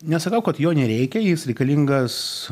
nesakau kad jo nereikia jis reikalingas